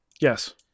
Yes